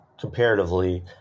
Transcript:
comparatively